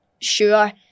sure